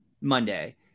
Monday